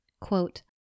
Quote